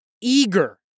eager